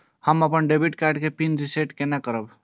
हम अपन debit card के पिन के रीसेट केना करब?